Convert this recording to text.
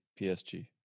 PSG